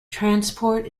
transport